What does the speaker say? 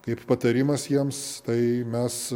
kaip patarimas jiems tai mes